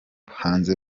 hanze